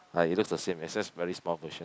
ah it looks the same is just very small version